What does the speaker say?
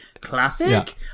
Classic